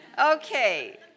Okay